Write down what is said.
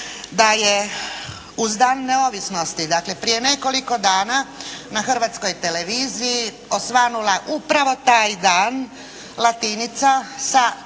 da je uz Dan neovisnosti dakle prije nekoliko dana na Hrvatskoj televiziji osvanula upravo taj dan "Latinica" sa